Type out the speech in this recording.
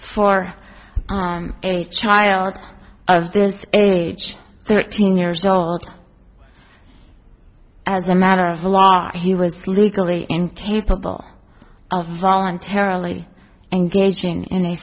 for a child of this age thirteen years old as a matter of law he was legally incapable of voluntarily engaging in a